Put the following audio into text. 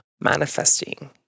manifesting